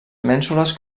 mènsules